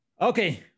Okay